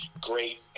great